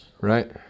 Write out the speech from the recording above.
Right